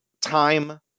time